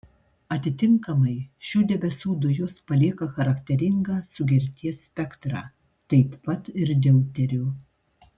atitinkamai šių debesų dujos palieka charakteringą sugerties spektrą taip pat ir deuterio